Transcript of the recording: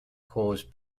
cause